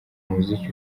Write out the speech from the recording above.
umuziki